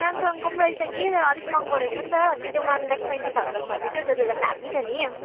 स्यामसङको पनि रहेछ कि तर अलिक महँगो रहेछ नि त त्यो वान लाख ट्वेन्टी थाउजन्ड भन्दै थियो त्यो त झन् दामी छ नि